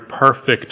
perfect